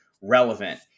relevant